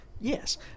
Yes